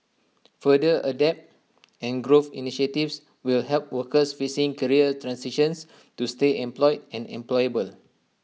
further adapt and grow initiatives will help workers facing career transitions to stay employed and employable